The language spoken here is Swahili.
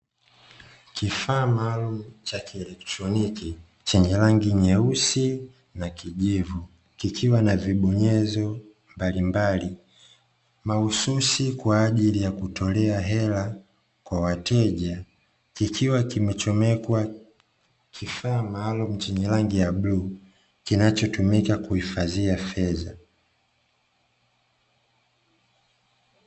Kifaa maalumu cha kielektroniki chenye rangi Nyeusi na Kijivu, kikiwa na vibonyezo mbalimbali, mahususi kwaajili ya kutolea hela kwa wateja kikiwa kimechomekwa kifaa maalumu chenye rangi ya Bluu, kinachotumika kuhifadhia fedha.